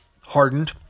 hardened